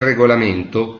regolamento